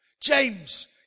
James